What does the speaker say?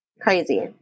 Crazy